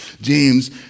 James